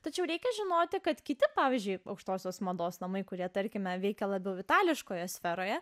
tačiau reikia žinoti kad kiti pavyzdžiui aukštosios mados namai kurie tarkime veikia labiau vitališkoje sferoje